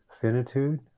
Finitude